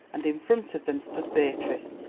and in front of them stood beatrice,